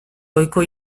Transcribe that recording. ohiko